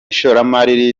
ishoramari